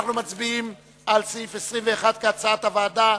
אנחנו מצביעים על סעיף 21, כהצעת הוועדה.